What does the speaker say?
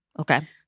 Okay